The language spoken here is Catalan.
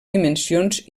dimensions